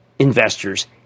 investors